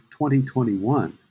2021